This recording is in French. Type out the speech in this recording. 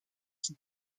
qui